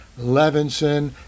Levinson